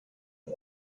and